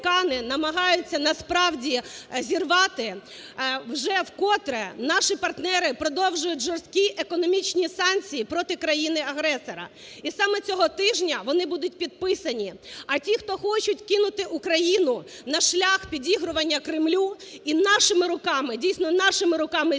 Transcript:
намагаються насправді зірвати, вже вкотре наші партнери продовжують жорсткі економічні санкції проти країни агресора. І саме цього тижня вони будуть підписані. А ті, хто хочуть кинути Україну на шлях підігрування Кремлю, і нашими руками, дійсно, нашими руками зняти